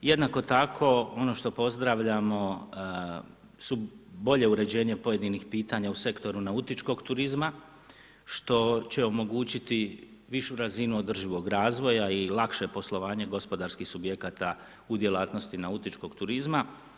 Jednako tako ono što pozdravljamo, su bolje u ređenje pojedinim pitanjima u sektoru nautičkog turizma, što će omogućiti višu razinu održivog razvoja i lakše poslovanje gospodarskih subjekata u djelatnosti nautičkog turizma.